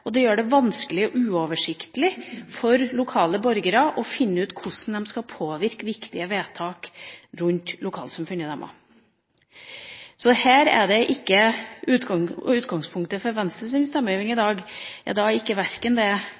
Det gjør det vanskelig og uoversiktlig for lokale borgere å finne ut hvordan de skal påvirke viktige vedtak i lokalsamfunnet sitt. Utgangspunktet for Venstres stemmegivning i dag er verken å få en effektiv tjenesteprodusent eller lage krøll i